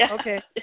Okay